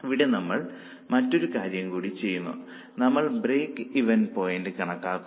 ഇവിടെ നമ്മൾ മറ്റൊരു കാര്യം കൂടി ചെയ്യുന്നു നമ്മൾ ബ്രേക്ക് ഇവൻ പോയിന്റ് കണക്കാക്കുന്നു